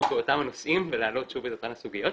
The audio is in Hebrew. באותם הנושאים ולהעלות שוב את אותן הסוגיות.